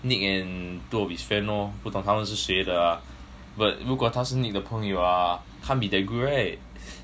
nick and two of his friends lor 不懂他们是谁的 ah but 如果他是 nick 的朋友 ah can't be that good right